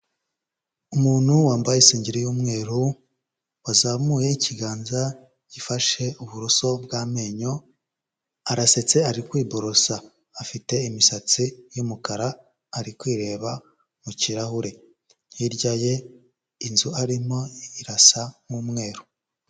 Umuntu wambaye isengeri y'umweru wazamuye ikiganza gifashe uburoso bw'amenyo arasetsa ari kwiborosa, afite imisatsi y'umukara, ari kwireba mu kirahure, hirya ye inzu arimo irasa nk'umweru.